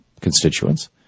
constituents